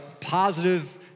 positive